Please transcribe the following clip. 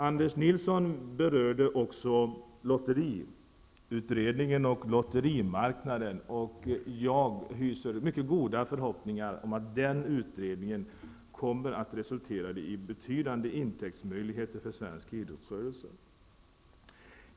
Anders Nilsson berörde också lotteriutredningen och lotterimarknaden. Jag hyser mycket goda förhoppningar om att den utredningen kommer att resultera i betydande intäktsmöjligheter för svensk idrottsrörelse.